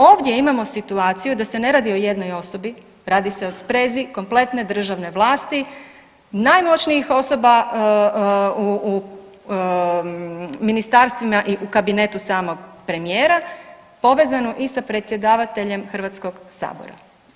Ovdje imamo situaciju da se ne radi o jednoj osobi, radi se o sprezi kompletne državne vlasti najmoćnijih osoba u ministarstvima i u kabinetu samog premijera povezanu i sa predsjedavateljem Hrvatskog sabora.